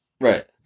Right